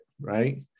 right